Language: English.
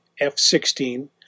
f16